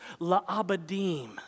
laabadim